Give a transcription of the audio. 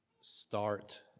start